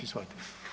Izvolite.